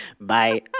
Bye